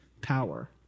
power